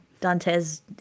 Dantes